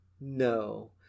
No